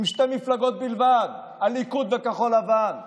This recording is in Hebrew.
עם שתי מפלגות בלבד, הליכוד וכחול לבן.